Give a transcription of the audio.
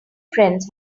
friends